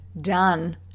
done